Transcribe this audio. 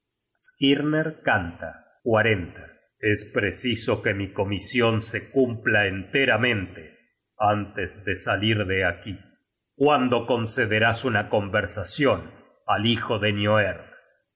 skirnkr canta es preciso que mi comision se cumpla enteramente antes de salir de aquí cuándo concederás una conversacion al hijo de nioerd